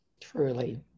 Truly